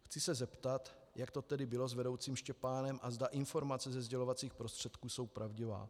Chci se zeptat, jak to tedy bylo s vedoucím Štěpánem a zda informace ze sdělovacích prostředků jsou pravdivé.